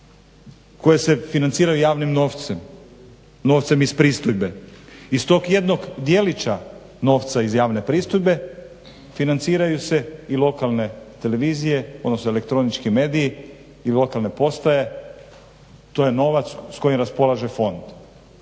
koje se financiraju javnim novcem, novcem iz pristojbe. Iz tog jednog djelića novca iz javne pristojbe financiraju se i lokalne televizije, odnosno elektronički mediji i lokalne postaje. To je novac s kojim raspolaže fond.